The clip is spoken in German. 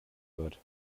wird